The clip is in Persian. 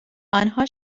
آنها